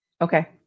Okay